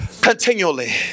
continually